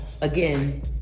again